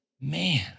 Man